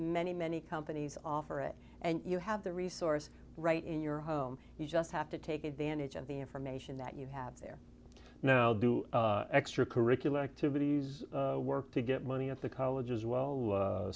many many companies offer it and you have the resource right in your home you just have to take advantage of the information that you have there now do extra curricular activities work to get money at the college as well